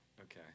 Okay